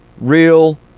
Real